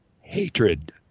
hatred